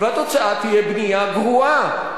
והתוצאה תהיה בנייה גרועה,